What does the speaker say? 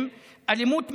אלימות מילוליות,